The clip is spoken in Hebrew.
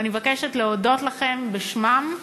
ואני מבקשת להודות לכם בשמם.